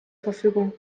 verfügung